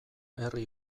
herri